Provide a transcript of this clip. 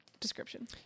description